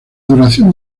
duración